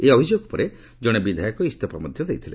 ଏହି ଅଭିଯୋଗ ପରେ ଜଣେ ବିଧାୟକ ଇସ୍ତଫା ମଧ୍ୟ ଦେଇଥିଲେ